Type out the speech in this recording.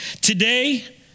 Today